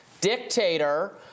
dictator